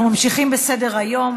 אנחנו ממשיכים בסדר-היום.